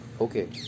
Okay